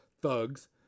Thugs